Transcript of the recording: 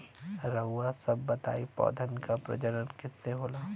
रउआ सभ बताई पौधन क प्रजनन कईसे होला?